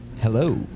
Hello